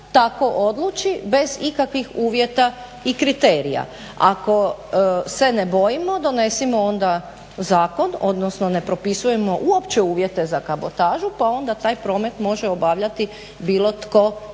tako odluči bez ikakvih uvjeta i kriterija. Ako se ne bojimo, donesimo onda zakon, odnosno ne propisujemo uopće uvjete za kabotažu pa onda taj promet može obavljati bilo tko i bilo